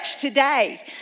today